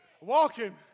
walking